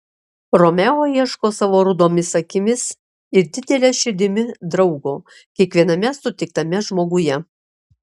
romeo ieško savo rudomis akimis ir didele širdimi draugo kiekviename sutiktame žmoguje